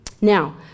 Now